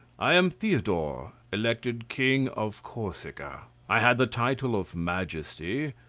i am theodore, elected king of corsica i had the title of majesty,